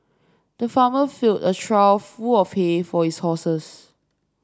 the farmer filled a trough full of hay for his horses